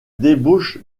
débauche